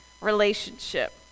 relationship